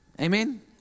Amen